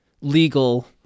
legal